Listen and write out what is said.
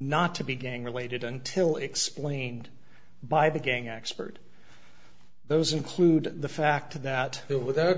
not to be gang related until explained by the gang expert those include the fact that it without